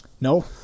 No